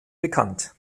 bekannt